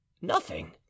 nothing